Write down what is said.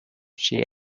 she